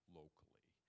locally